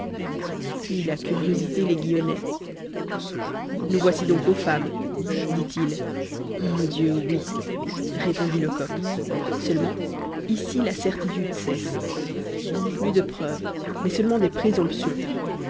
puis la curiosité l'aiguillonnait nous voici donc aux femmes dit-il mon dieu oui répondit lecoq seulement ici la certitude cesse plus de preuves mais seulement des présomptions